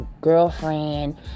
girlfriend